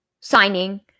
signing